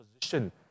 position